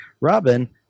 Robin